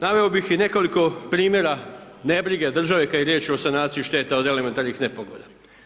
Naveo bih i nekoliko primjera nebrige države kad je riječ o sanaciji šteta od elementarnih nepogoda.